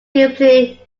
deeply